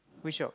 which job